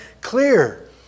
clear